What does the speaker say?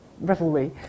revelry